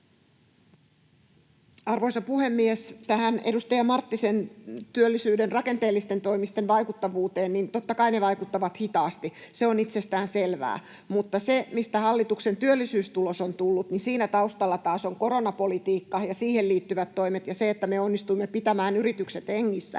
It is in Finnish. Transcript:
Arvoisa puhemies! Tähän edustaja Marttisen työllisyyden rakenteellisten toimien vaikuttavuuteen: Totta kai ne vaikuttavat hitaasti, se on itsestäänselvää, mutta mistä hallituksen työllisyystulos on tullut, niin siinä taustalla taas ovat koronapolitiikka ja siihen liittyvät toimet ja se, että me onnistuimme pitämään yritykset hengissä.